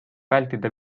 vältida